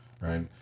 Right